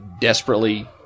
desperately